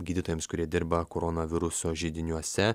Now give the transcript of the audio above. gydytojams kurie dirba koronaviruso židiniuose